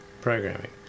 programming